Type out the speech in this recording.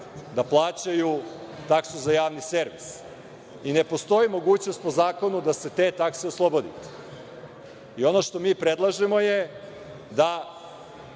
da plaćaju taksu za Javni servis i ne postoji mogućnost po zakonu da se te takse oslobodi. Ono što mi predlažemo je da